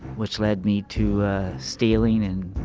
which led me to stealing and